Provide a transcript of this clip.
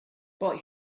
but